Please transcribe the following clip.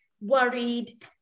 worried